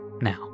Now